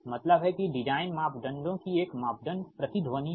मतलब है कि डिजाइन मापदंडों की एक मापदंड प्रति ध्वनि है